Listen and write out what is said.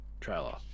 trailer